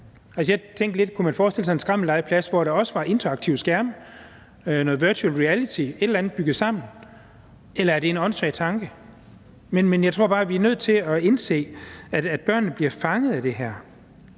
kunne forestille sig en skrammellegeplads, hvor der også er interaktive skærme, noget virtual reality eller et eller andet bygget sammen. Eller er det en åndssvag tanke? Jeg tror bare, at vi er nødt til at indse, at børnene bliver fanget af det her,